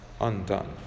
undone